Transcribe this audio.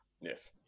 Yes